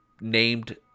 named